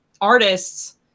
artists